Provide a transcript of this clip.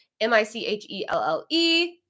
M-I-C-H-E-L-L-E